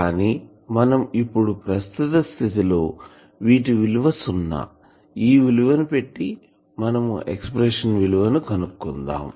కానీ మనం ఇప్పుడు ప్రస్తుత స్థితి లో వీటి విలువ సున్నా ఈ విలువను పెట్టి మన ఎక్సప్రెషన్ విలువ కనుక్కుందాం